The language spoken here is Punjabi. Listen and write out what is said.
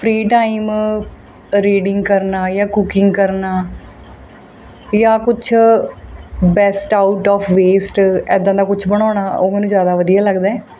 ਫਰੀ ਟਾਈਮ ਰੀਡਿੰਗ ਕਰਨਾ ਜਾਂ ਕੁਕਿੰਗ ਕਰਨਾ ਜਾਂ ਕੁਛ ਬੈਸਟ ਆਊਟ ਆਫ ਵੇਸਟ ਐਦਾਂ ਦਾ ਕੁਛ ਬਣਾਉਣਾ ਉਹ ਮੈਨੂੰ ਜ਼ਿਆਦਾ ਵਧੀਆ ਲੱਗਦਾ